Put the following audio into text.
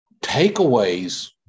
takeaways